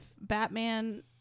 Batman